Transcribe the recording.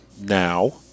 now